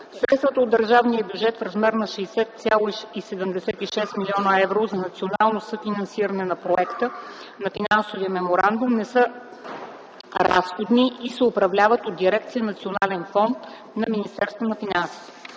Средствата от държавния бюджет в размер на 60,76 млн. евро за национално съфинансиране на проекта на финансов меморандум не са разходни и се управляват от Дирекция „Национален фонд” на Министерството на финансите.